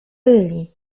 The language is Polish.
byli